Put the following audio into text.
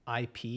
IP